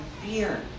fear